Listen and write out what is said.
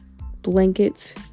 blankets